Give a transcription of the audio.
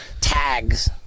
tags